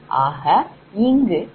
ஆக இங்கு 0